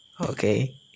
okay